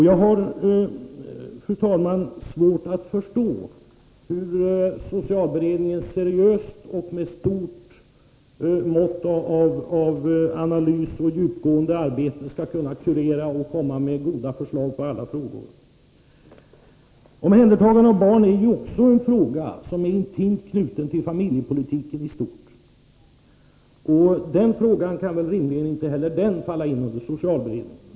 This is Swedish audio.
Jag har, fru talman, svårt att förstå hur socialberedningen seriöst och med stort mått av analys och djupgående arbete skall kunna behandla alla frågor och komma med goda förslag. Omhändertagande av barn är också en fråga som är intimt knuten till familjepolitiken i stort. Den frågan kan väl rimligen inte falla in under socialberedningen.